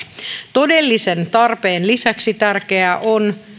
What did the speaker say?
todellisen tarpeen kattamisen lisäksi tärkeää on